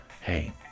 Hey